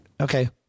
Okay